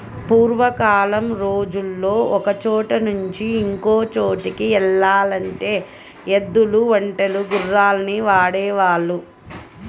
పూర్వకాలం రోజుల్లో ఒకచోట నుంచి ఇంకో చోటుకి యెల్లాలంటే ఎద్దులు, ఒంటెలు, గుర్రాల్ని వాడేవాళ్ళు